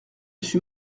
suis